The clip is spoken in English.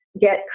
get